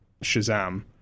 Shazam